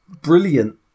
brilliant